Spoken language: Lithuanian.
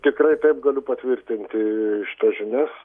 tikrai taip galiu patvirtinti šitas žinias